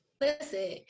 listen